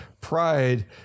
pride